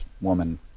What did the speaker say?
woman